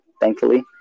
thankfully